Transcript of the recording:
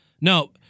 No